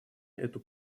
эту